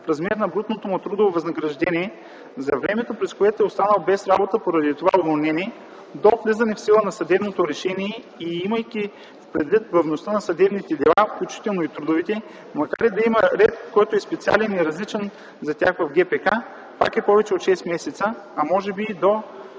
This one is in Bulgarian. размер на брутното му трудово възнаграждение за времето, през което е останал без работа поради това уволнение, до влизане в сила на съдебното решение и имайки предвид бавността на съдебните дела, включително и трудовите, макар и да има ред, който е специален и различен за тях в Гражданскопроцесуалния кодекс, пак е повече от 6 месеца, а може би и